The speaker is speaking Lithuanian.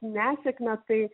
nesėkmę tai